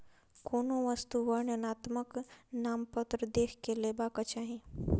कोनो वस्तु वर्णनात्मक नामपत्र देख के लेबाक चाही